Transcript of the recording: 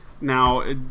Now